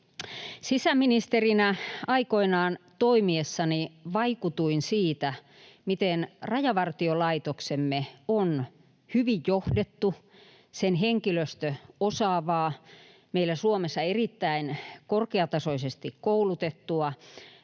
Sisäministerinä aikoinaan toimiessani vaikutuin siitä, miten hyvin Rajavartiolaitoksemme on johdettu, sen henkilöstö osaavaa, meillä Suomessa erittäin korkeatasoisesti koulutettua ja